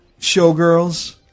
Showgirls